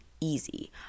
easy